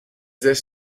this